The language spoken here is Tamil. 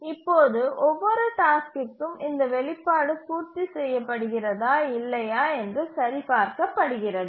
இப்போது ஒவ்வொரு டாஸ்க்கிற்கும் இந்த வெளிப்பாடு பூர்த்தி செய்ய படுகிறதா இல்லையா என்று சரிபார்க்கப்படுகிறது